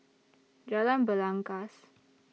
Jalan Belangkas